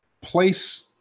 place